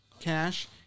cash